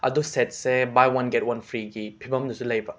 ꯑꯗꯣ ꯁꯦꯠꯁꯦ buy one get one ꯐ꯭ꯔꯤꯒꯤ ꯐꯤꯕꯃꯗꯁꯨ ꯂꯩꯕ